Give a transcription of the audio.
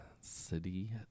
City